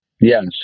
Yes